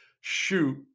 shoot